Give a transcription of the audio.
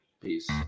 Peace